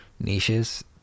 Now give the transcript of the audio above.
niches